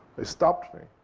they stopped me.